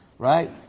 Right